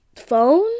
phone